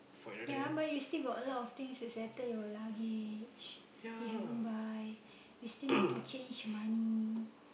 ya but you still got a lot of things to settle your luggage you haven't buy you still need to change money